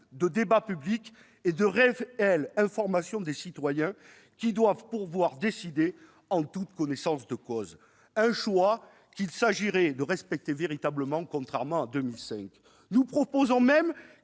de débat public et de réelle information des citoyens, qui doivent pouvoir décider en toute connaissance de cause. Un choix qu'il s'agirait de respecter véritablement, contrairement à ce qu'il s'est